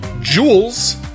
Jules